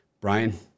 Brian